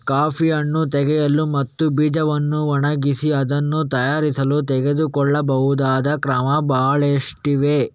coffee ಹಣ್ಣು ತೆಗೆಯಲು ಮತ್ತು ಬೀಜವನ್ನು ಒಣಗಿಸಿ ಅದನ್ನು ತಯಾರಿಸಲು ತೆಗೆದುಕೊಳ್ಳಬಹುದಾದ ಕ್ರಮ ಬಹಳಷ್ಟಿವೆ